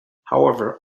however